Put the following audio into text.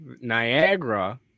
Niagara